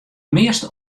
measte